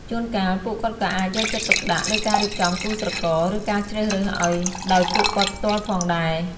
ជួនកាល ពួកគាត់ក៏អាចយកចិត្តទុកដាក់លើការរៀបចំគូស្រករ ឬការជ្រើសរើសឱ្យដោយពួកគាត់ផ្ទាល់ផងដែរ។